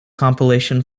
compilation